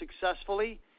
successfully